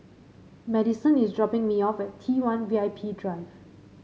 Madisen is dropping me off at T one V I P Drive